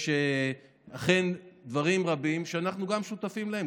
יש אכן דברים רבים שאנחנו שותפים להם,